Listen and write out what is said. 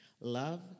love